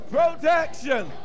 Protection